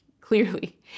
clearly